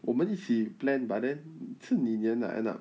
我们一起 plan but then 是你粘啊 end up